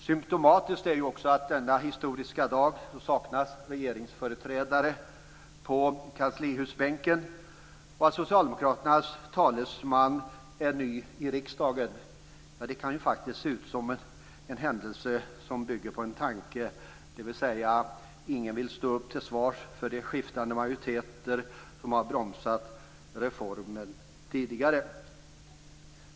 Symtomatiskt är också att det denna historiska dag saknas regeringsföreträdare på kanslihusbänken och att socialdemokraternas talesman är ny i riksdagen. Det kan faktiskt se ut som en händelse som bygger på en tanke, dvs. att ingen vill stå till svars för de skiftande majoriteter som har bromsat reformen tidigare.